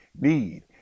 need